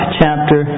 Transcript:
chapter